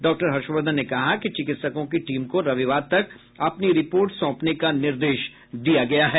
doctor Harshvardhan ने कहा कि चिकित्सकों की टीम को रविवार तक अपनी रिपोर्ट सौंपने का निर्देश दिया गया है